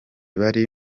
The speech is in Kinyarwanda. bari